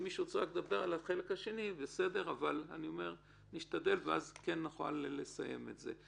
נשתדל לדבר רק על החלק השני ואז כן נוכל לסיים את זה.